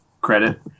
credit